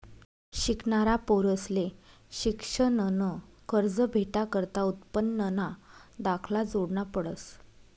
शिकनारा पोरंसले शिक्शननं कर्ज भेटाकरता उत्पन्नना दाखला जोडना पडस